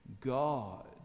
God